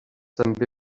també